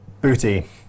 booty